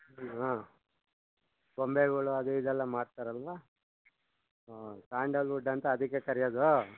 ಹಾಂ ಗೊಂಬೆಗಳು ಅದು ಇದು ಎಲ್ಲ ಮಾಡ್ತಾರಲ್ಲವ ಹಾಂ ಸ್ಯಾಂಡಲ್ವುಡ್ ಅಂತ ಅದಕ್ಕೆ ಕರ್ಯೋದು